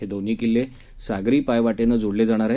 हे दोन्ही किल्ले सागरी पायवाटेनं जोडले जाणार आहेत